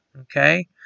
okay